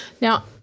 now